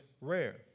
rare